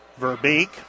Verbeek